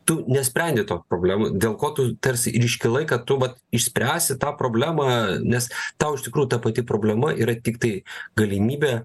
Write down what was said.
tu nesprendi to problemų dėl ko tu tarsi ir iškilai kad tu vat išspręsi tą problemą nes tau iš tikrųjų ta pati problema yra tiktai galimybė